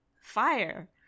Fire